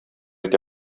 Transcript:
итә